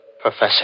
Professor